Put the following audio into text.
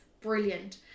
brilliant